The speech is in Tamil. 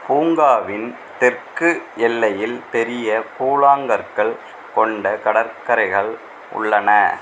பூங்காவின் தெற்கு எல்லையில் பெரிய கூழாங்கற்கள் கொண்ட கடற்கரைகள் உள்ளன